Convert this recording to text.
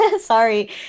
sorry